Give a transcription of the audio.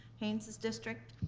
haynes's district,